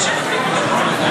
שומה מוסכמת),